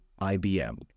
IBM